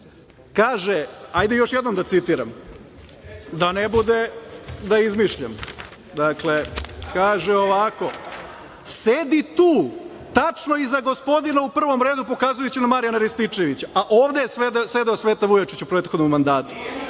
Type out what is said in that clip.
kaže, ajde još jednom da citiram, da ne bude da izmišljam, ovako kaže – sedi tu, tačno iza gospodina u prvom redu, pokazujući na Marijana Rističevića, a ovde je sedeo Sveta Vujačić u prethodnom mandatu,